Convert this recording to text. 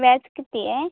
व्याज किती आहे